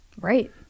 Right